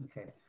Okay